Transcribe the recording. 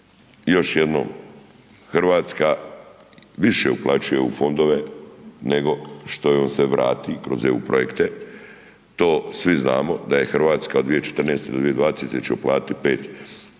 Još jednom Hrvatska više uplaćuje u fondove nego što joj se vrati kroz eu projekte, to svi znamo da je Hrvatska od 2014. do 2020. će uplatiti 5